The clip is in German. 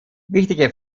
wichtige